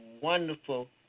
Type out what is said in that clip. wonderful